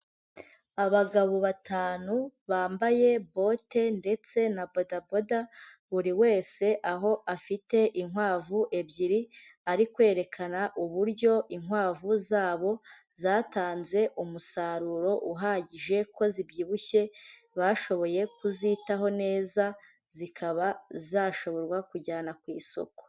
abagabo batanu bambaye bote ndetse na badaboda buri wese aho afite inkwavu ebyiri ari kwerekana uburyo inkwavu zabo zatanze umusaruro uhagije ko zibyibushye bashoboye kuzitaho neza zikaba zashobora kunjyana ku isoko